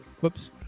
whoops